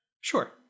Sure